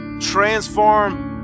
transform